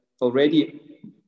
already